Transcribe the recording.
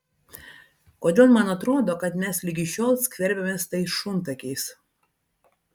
kodėl man atrodo kad mes ligi šiol skverbiamės tais šuntakiais